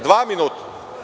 Dva minuta.